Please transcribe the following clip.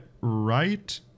right